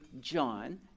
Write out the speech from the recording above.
John